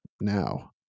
now